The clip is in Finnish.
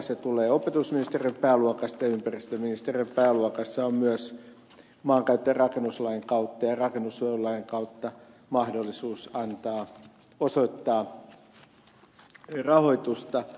se tulee opetusministeriön pääluokasta ja ympäristöministeriön pääluokassa on myös maankäyttö ja rakennuslain kautta ja rakennussuojelulain kautta mahdollisuus osoittaa rahoitusta